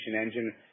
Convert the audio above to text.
engine